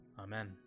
Amen